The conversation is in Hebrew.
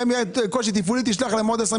גם אם יהיה קושי תפעולי תשלח להם עוד עשרה